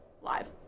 live